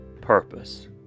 purpose